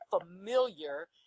familiar